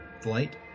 flight